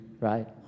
right